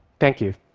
thank you.